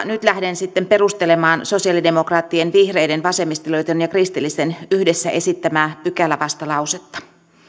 nyt lähden sitten perustelemaan sosialidemokraattien vihreiden vasemmistoliiton ja kristillisten yhdessä esittämää pykälävastalausetta